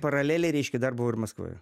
paraleliai reiškia dar buvau ir maskvoje